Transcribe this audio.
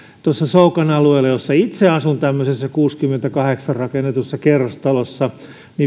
soukan alueella jossa itse asun tämmöisessä vuonna kuusikymmentäkahdeksan rakennetussa kerrostalossa